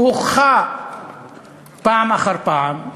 שהוכחה פעם אחר פעם,